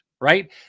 Right